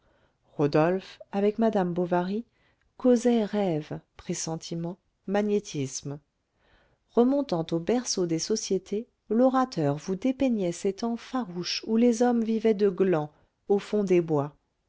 rodolphe avec madame bovary causait rêves pressentiments magnétisme remontant au berceau des sociétés l'orateur vous dépeignait ces temps farouches où les hommes vivaient de glands au fond des bois